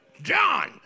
John